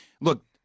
Look